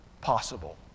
possible